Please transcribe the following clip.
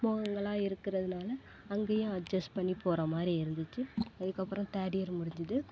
முகங்களா இருக்கிறதுனால அங்கேயும் அட்ஜெஸ்ட் பண்ணி போறமாதிரி இருந்துச்சு அதுக்கப்புறோம் தேர்ட் இயர் முடிஞ்சிது